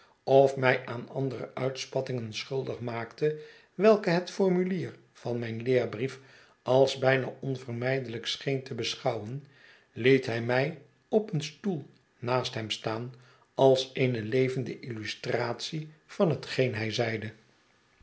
of mij aan andere uitspattingen schuldig maakte welke het formuiier van mijn ieerbrief als bijna onvermijdelijk scheen te beschouwen liet hij mij op een stoei naast hem staan als eene levende ltlustratie van hetgeen hij zeide